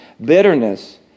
bitterness